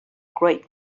great